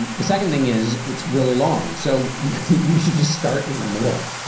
and the second thing is it's really long, so you should just start in the middle,